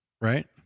Right